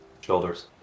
shoulders